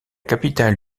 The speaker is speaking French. capitale